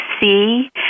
see